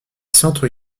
centres